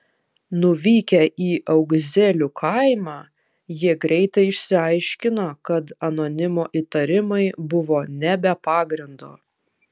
nuvykę į augzelių kaimą jie greitai išsiaiškino kad anonimo įtarimai buvo ne be pagrindo